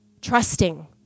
Trusting